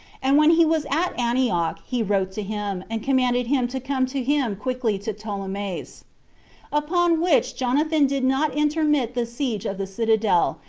and when he was at antioch, he wrote to him, and commanded him to come to him quickly to ptolemais upon which jonathan did not intermit the siege of the citadel,